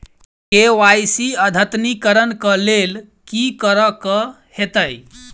KYC अद्यतनीकरण कऽ लेल की करऽ कऽ हेतइ?